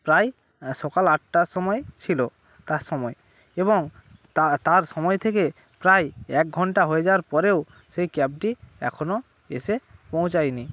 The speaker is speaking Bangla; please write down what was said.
প্রায় সকাল আটটার সময় ছিলো তার সময় এবং তা তার সময় থেকে প্রায় এক ঘণ্টা হয়ে যাওয়ার পরেও সেই ক্যাবটি এখনও এসে পৌছায়ে নি